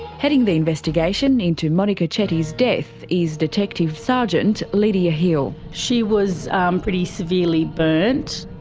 heading the investigation into monika chetty's death is detective sergeant lidia hill. she was um pretty severely burnt,